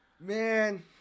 Man